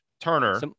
Turner